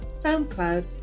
SoundCloud